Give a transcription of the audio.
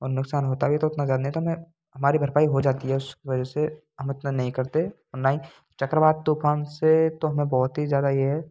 और नुकसान होता भी है तो उतना ज़्यादा नहीं होता हमें हमारी भरपाई हो जाती है उस वजह से हम उतना नहीं करते और ना हीं चक्रवात तूफान से तो हमें बहुत ही ज़्यादा ये है